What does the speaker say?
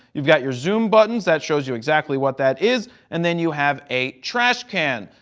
you've got your zoom buttons. that shows you exactly what that is and then you have a trash can.